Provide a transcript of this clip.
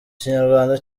kinyarwanda